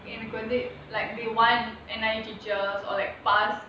எனக்கு வந்து:enaku vanthu like they want N_I_E teachers or like past